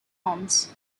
homes